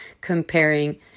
comparing